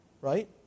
Right